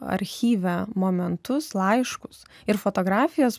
archyve momentus laiškus ir fotografijas